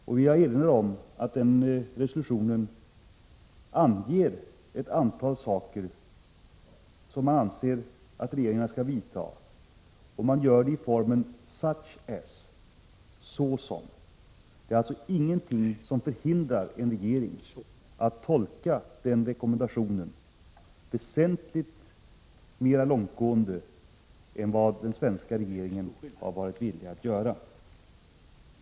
Jag vill erinra om att denna rekommendation anger ett antal åtgärder som man anser att regeringarna skall vidta — och att man säger detta i formen ”such as”, såsom. Det är alltså ingenting som hindrar en regering att tolka rekommendationen väsentligt mer långtgående än vad den svenska regeringen har varit villig att göra.